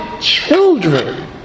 children